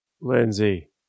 Lindsay